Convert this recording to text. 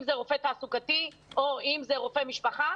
אם זה רופא תעסוקתי או אם זה רופא משפחה,